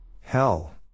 hell